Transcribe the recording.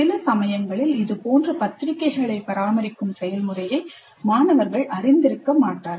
சில சமயங்களில் இதுபோன்ற பத்திரிகைகளை பராமரிக்கும் செயல்முறையை மாணவர்கள் அறிந்திருக்க மாட்டார்கள்